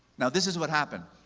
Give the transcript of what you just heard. now, this is what happened.